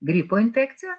gripo infekcija